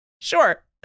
Sure